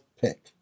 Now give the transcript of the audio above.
pick